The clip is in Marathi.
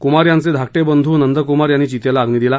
कुमार यांचे धाकटे बंधु नंदकुमार यांनी चितेला अग्नी दिला